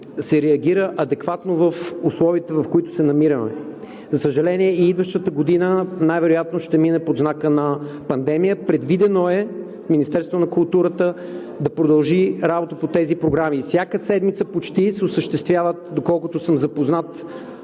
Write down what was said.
се реагира адекватно в условията, в които се намираме. За съжаление, и идващата година най-вероятно ще мине под знака на пандемия. Предвидено е Министерството на културата да продължи работа по тези програми. Всяка седмица почти се осъществяват, доколкото съм запознат,